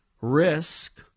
risk